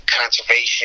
conservation